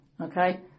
okay